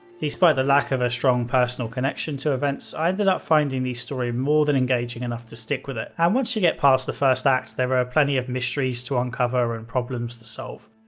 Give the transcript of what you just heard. despite the lack of a strong personal connection to events, i ended up finding the story more than engaging enough to stick with it, and once you get past the first act, there are plenty of mysteries to uncover and problems to solve.